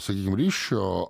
sakykime ryšio